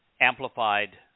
amplified